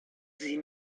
sie